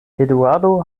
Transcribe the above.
eduardo